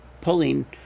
pulling